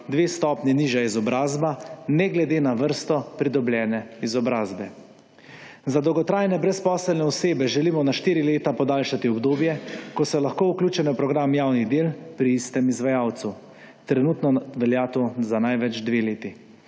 dve stopnji nižja izobrazba ne glede na vrsto pridobljene izobrazbe. Za dolgotrajne brezposelne osebe želimo na štiri leta podaljšati obdobje, ko so lahko vključene v program javnih del pri istem izvajalcu. Trenutno velja to za največ dve leti.